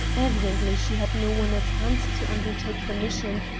evidently she had no one at hand to undertake the mission,